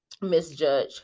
misjudge